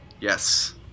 Yes